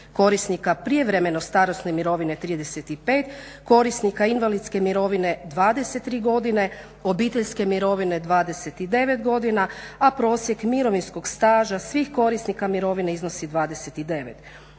korisnika prijevremene starosne mirovine 35, korisnika invalidske mirovine 23 godine, obiteljske mirovine 29 godina, a prosjek mirovinskog staža svih korisnika mirovine iznosi 29.